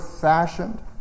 fashioned